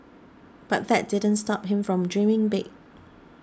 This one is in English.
but that didn't stop him from dreaming big